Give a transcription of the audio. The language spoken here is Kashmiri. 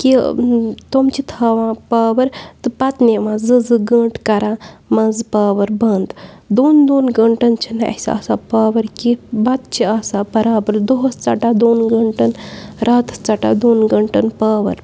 کہِ تِم چھِ تھاوان پاوَر تہٕ پَتہٕ نِوان زٕ زٕ گٲنٛٹہٕ کَران منٛزٕ پاوَر بنٛد دۄن دۄن گٲنٛٹَن چھِنہٕ اَسہِ آسان پاوَر کہِ بَتہٕ چھِ آسان بَرابَر دۄہَس ژَٹان دۄن گٲنٛٹَن راتَس ژَٹان دۄن گٲنٛٹَن پاوَر